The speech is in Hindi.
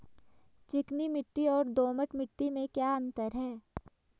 चिकनी मिट्टी और दोमट मिट्टी में क्या अंतर है?